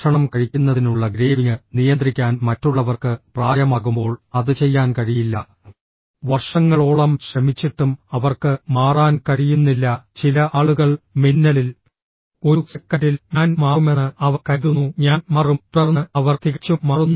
ഭക്ഷണം കഴിക്കുന്നതിനുള്ള ഗ്രേവിങ് നിയന്ത്രിക്കാൻ മറ്റുള്ളവർക്ക് പ്രായമാകുമ്പോൾ അത് ചെയ്യാൻ കഴിയില്ല വർഷങ്ങളോളം ശ്രമിച്ചിട്ടും അവർക്ക് മാറാൻ കഴിയുന്നില്ല ചില ആളുകൾ മിന്നലിൽ ഒരു സെക്കൻഡിൽ ഞാൻ മാറുമെന്ന് അവർ കരുതുന്നു ഞാൻ മാറും തുടർന്ന് അവർ തികച്ചും മാറുന്നു